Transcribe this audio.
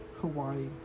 Hawaii